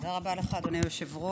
תודה רבה לך, אדוני היושב-ראש.